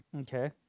Okay